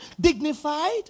dignified